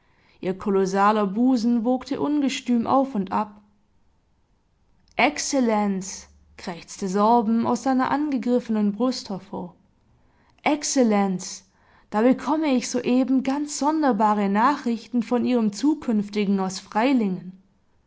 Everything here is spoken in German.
ihr kolossaler busen wogte ungestüm auf und ab exzellenz krächzte sorben aus seiner angegriffenen brust hervor exzellenz da bekomme ich soeben ganz sonderbare nachrichten von ihrem zukünftigen aus freilingen